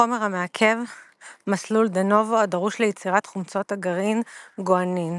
חומר המעכב את מסלול De-novo הדרוש ליצירת חומצת הגרעין גואנין,